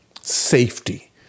safety